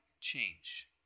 change